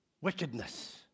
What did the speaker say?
wickedness